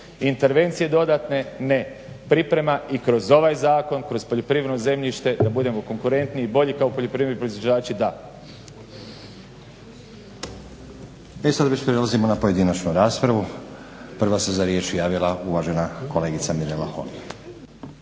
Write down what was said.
Intervencije dodatne ne, priprema i kroz ovaj zakon, kroz poljoprivredno zemljište da budemo konkurentniji i bolji kao poljoprivredni proizvođači da.